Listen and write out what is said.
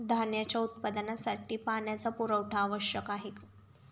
धान्याच्या उत्पादनासाठी पाण्याचा पुरवठा आवश्यक आहे